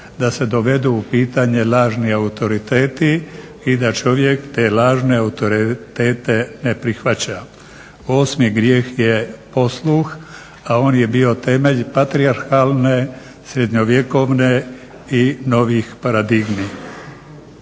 da se dovedu u pitanje lažni autoriteti i da čovjek te lažne autoritete ne prihvaća. Osmi grijeh je posluh, a on je bio temeljem patrijarhalne srednjovjekovne i novih paradigmi.